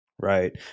Right